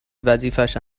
وظیفهش